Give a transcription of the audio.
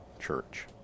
church